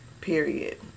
period